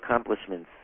accomplishments